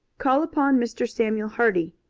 call upon mr. samuel hardy,